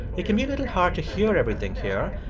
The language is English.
it can be a little hard to hear everything here.